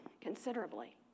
considerably